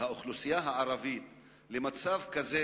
האוכלוסייה הערבית למצב כזה